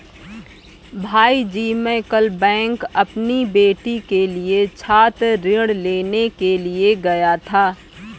भाईजी मैं कल बैंक अपनी बेटी के लिए छात्र ऋण लेने के लिए गया था